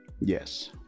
Yes